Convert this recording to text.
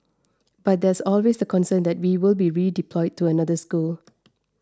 but there is always the concern that we will be redeployed to another school